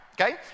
okay